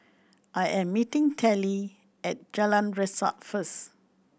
I am meeting Telly at Jalan Resak first